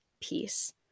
peace